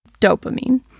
Dopamine